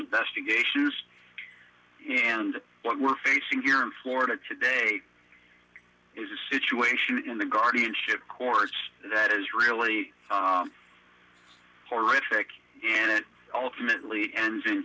investigations and what we're facing here in florida today is a situation in the guardianship course that is really horrific it ultimately ends in